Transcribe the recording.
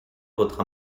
votre